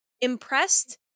impressed